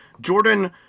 Jordan